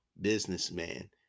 businessman